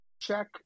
check